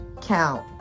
count